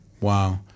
Wow